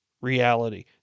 reality